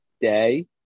day